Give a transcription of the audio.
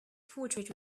portrait